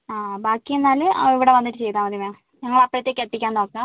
ബാക്കി എന്നാല് ഇവിടെ വന്നിട്ട് ചെയ്താൽ മതി മാം ഞങ്ങള് അപ്പത്തേക്കും എത്തിക്കാൻ നോക്കാം